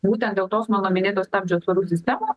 būtent dėl tos mano minėtos stabdžių atsvarų sistemos